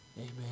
Amen